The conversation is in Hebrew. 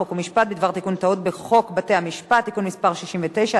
חוק ומשפט בדבר תיקון טעות בחוק בתי-המשפט (תיקון מס' 69),